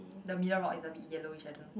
the middle rock is a abit yellowish I don't know